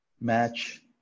match